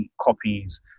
copies